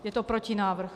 Je to protinávrh.